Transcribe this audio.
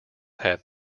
had